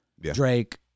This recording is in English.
Drake